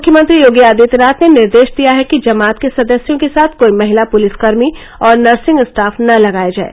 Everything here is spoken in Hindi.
मुख्यमंत्री योगी आदित्यनाथ ने निर्देश दिया है कि जमात के सदस्यों के साथ कोई महिला पुलिसकर्मी और नर्सिंग स्टाफ न लगाया जाए